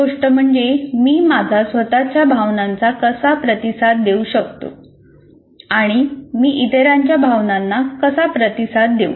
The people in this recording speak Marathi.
एक गोष्ट म्हणजे मी माझ्या स्वतःच्या भावनांना कसा प्रतिसाद देऊ आणि मी इतरांच्या भावनांना कसा प्रतिसाद देऊ